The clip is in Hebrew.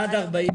עד 46: